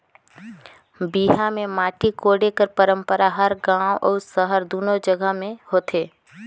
बिहा मे माटी कोड़े कर पंरपरा हर गाँव अउ सहर दूनो जगहा मे होथे